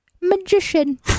magician